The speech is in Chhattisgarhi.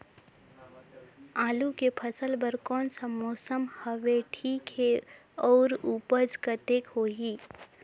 आलू के फसल बर कोन सा मौसम हवे ठीक हे अउर ऊपज कतेक होही?